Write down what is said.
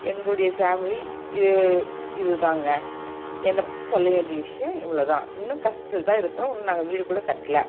எங்களுடைய ஃபேமிலி இ இது தான்ங்க என்னைப் பற்றி சொல்ல வேண்டிய விஷயம் இவ்வளோ தான் இன்னும் கஷ்டத்துல தான் இருக்கிறோம் இன்னும் நாங்கள் வீடு கூட கட்டல